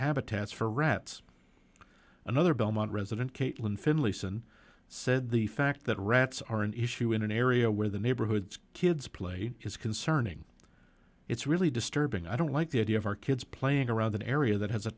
habitats for rats another belmont resident caitlin finlayson said the fact that rats are an issue in an area where the neighborhood kids play is concerning it's really disturbing i don't like the idea of our kids playing around an area that has a